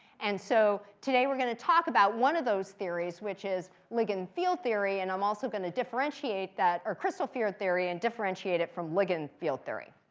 and so, today, we're going to talk about one of those theories, which is ligand field theory. and i'm also going to differentiate that or crystal field theory and differentiate it from ligand field theory.